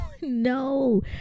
no